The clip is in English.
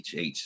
HH